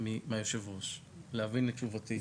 מהיושבת-ראש להבין את תשובתי.